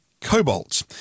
Cobalt